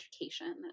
education